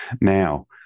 now